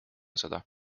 seda